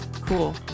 Cool